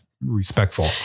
respectful